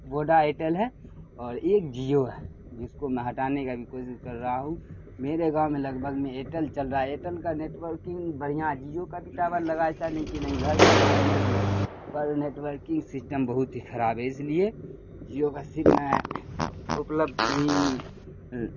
Voda Airtel ہے اور ایک جیو ہے جس کو میں ہٹانے کا بھی کوشش کر رہا ہوں میرے گاؤں میں لگ بھگ میں ایئرٹل چل رہا ہے ایئرٹل کا نیٹورکنگ بڑھیا ہے جیو کا بھی ٹاور لگایا تھا لیکن نہیں گھر کے بغل میں ہی ہے پر نیٹورکنگ سسٹم بہت ہی خراب ہے اس لیے جیو کا سم میں اپلبھ نہیں